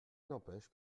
n’empêche